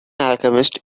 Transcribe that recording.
alchemist